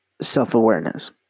self-awareness